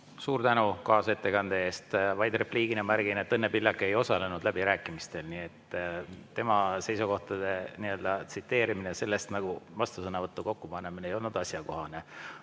Suur tänu kaasettekande eest! Vaid repliigina märgin, et Õnne Pillak ei osalenud läbirääkimistel, nii et tema seisukohtade tsiteerimine ja sellest nagu vastusõnavõtu kokkupanemine ei olnud asjakohane.